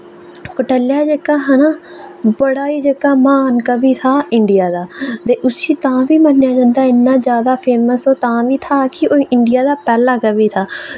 कोटल्या जेह्का हा ना बड़ा ही जेह्का म्हान कवि हा इंडिया दा ते उस्सी तां बी मन्नेआ जंदा फेमस तां बी हा के ओह् इंडिया दा पैह्ला कवि हा